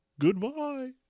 Goodbye